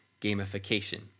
gamification